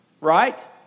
Right